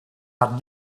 had